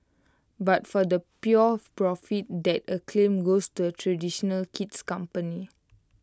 but for the pure profit that acclaim goes to A traditional kid's company